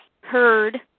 heard